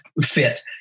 fit